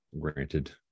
granted